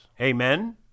Amen